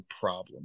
problem